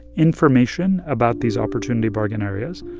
information about these opportunity bargain areas.